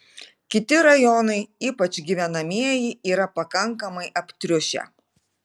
kiti rajonai ypač gyvenamieji yra pakankamai aptriušę